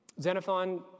Xenophon